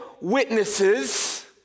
witnesses